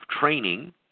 training